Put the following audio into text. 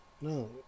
no